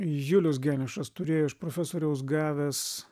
julius geniušas turėjo iš profesoriaus gavęs